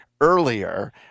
earlier